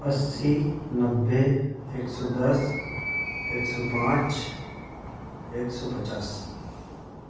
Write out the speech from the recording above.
अस्सी नब्बे एक सौ दस एक सौ पाँच एक सौ पचास